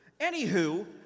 Anywho